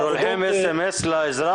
שולחים SMS לאזרח?